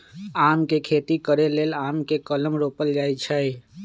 आम के खेती करे लेल आम के कलम रोपल जाइ छइ